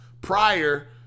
prior